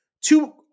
two